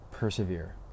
persevere